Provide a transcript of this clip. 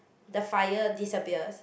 the fire disappears